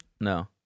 No